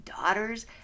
daughters